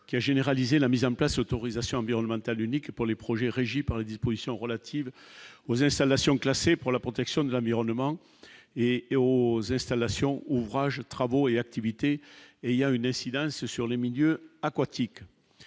qui a généralisé la mise en place, autorisations environnementales unique pour les projets, régie par les dispositions relatives aux installations classées pour la protection de l'environnement et et aux installations ouvrages travaux et activités et il y a une incidence sur les milieux aquatiques